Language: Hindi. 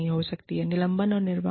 हो सकता है निलंबन और निर्वहन